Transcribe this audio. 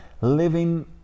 living